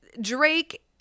Drake